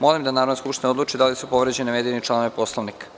Molim da Narodna skupština odluči da li su povređeni navedeni članovi Poslovnika.